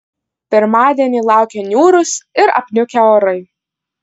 pirmadienį laukia niūrūs ir apniukę orai